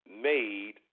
made